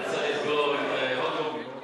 אני צריך לסגור עם עוד גורמים.